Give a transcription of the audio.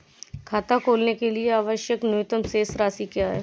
खाता खोलने के लिए आवश्यक न्यूनतम शेष राशि क्या है?